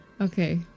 Okay